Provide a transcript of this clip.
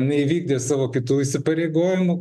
neįvykdė savo kitų įsipareigojimų